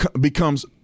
becomes